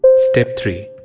step three.